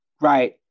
Right